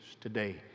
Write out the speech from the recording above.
today